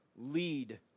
Lead